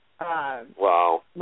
Wow